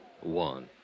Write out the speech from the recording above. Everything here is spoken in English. One